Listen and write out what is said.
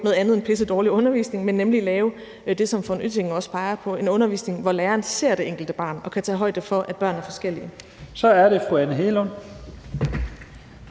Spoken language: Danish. noget andet end »pissedårlig undervisning« og lave det, som von Oettingen også peger på, nemlig en undervisning, hvor læreren ser det enkelte barn og kan tage højde for, at børn er forskellige. Kl. 13:34 Første